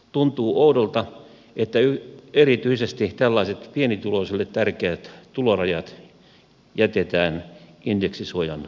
tuntuu oudolta että erityisesti tällaiset pienituloisille tärkeät tulorajat jätetään indeksisuojan ulkopuolelle